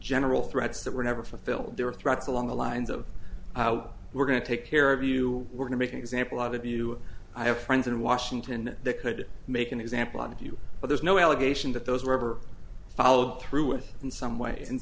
general threats that were never fulfilled their threats along the lines of we're going to take care of you we're going to an example out of you i have friends in washington that could make an example out of you but there's no allegation that those were ever followed through with in some ways and